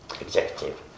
executive